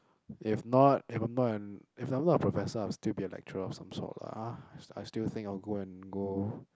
if not if I'm not an if I'm not a professor I'll still be a lecturer of some sort lah I still I still think I'll go and go